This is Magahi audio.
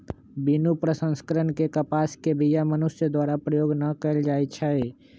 बिनु प्रसंस्करण के कपास के बीया मनुष्य द्वारा प्रयोग न कएल जाइ छइ